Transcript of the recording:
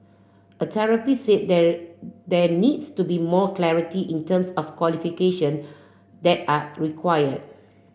a therapist said there there needs to be more clarity in terms of qualification that are required